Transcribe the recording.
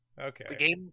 Okay